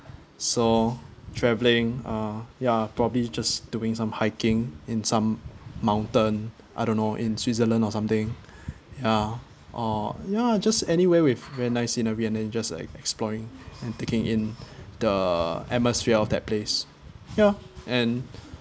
so traveling uh ya probably just doing some hiking in some mountain I don't know in switzerland or something ya or ya just anywhere with very nice scenery and then just like exploring and taking in the atmosphere of that place ya and